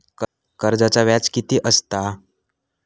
कर्जाचा व्याज कीती असता?